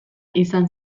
izan